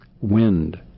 wind